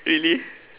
really